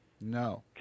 No